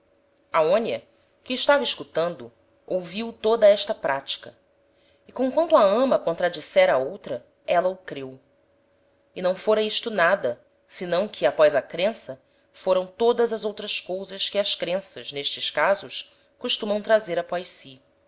aonia aonia que estava escutando ouviu toda esta pratica e comquanto a ama contradissera a outra éla o creu e não fôra isto nada senão que após a crença foram todas as outras cousas que as crenças n'estes casos costumam trazer após si